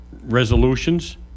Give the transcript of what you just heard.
resolutions